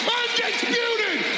undisputed